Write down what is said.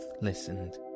listened